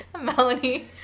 melanie